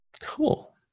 Cool